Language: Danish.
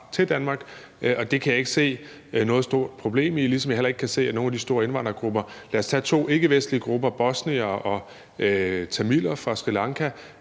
til Danmark, og det kan jeg ikke se noget stort problem i, ligesom jeg heller ikke kan se det i forhold til nogle af de store indvandrergrupper. Lad os tage to ikkevestlige grupper: bosniere og tamiler fra Sri Lanka.